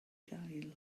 gael